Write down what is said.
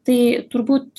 tai turbūt